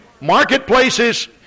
marketplaces